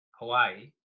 Hawaii